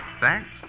Thanks